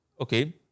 okay